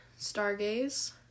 stargaze